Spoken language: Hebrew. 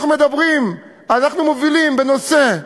אנחנו מובילים בנושא,